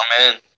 Amen